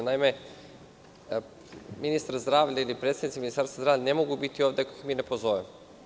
Naime, ministar zdravlja ili predstavnici Ministarstva zdravlja ne mogu biti ovde ako ih mi ne pozovemo.